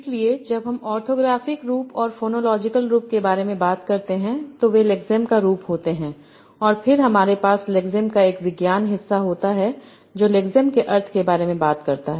इसलिए जब हम ऑर्थोग्राफिक रूप और फोनोलॉजिकल रूप के बारे में बातकरते हैं तो वे लेक्सेम का रूप होते हैं और फिर हमारे पास लेक्सेम का एक विज्ञान हिस्सा होता है जो लेक्सेम के अर्थ के बारे में बात करता है